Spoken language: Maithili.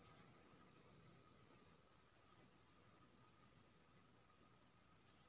आम मे लाही लागब, कीरा भए जाएब आ दीमक लागब नार्मल छै